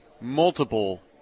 multiple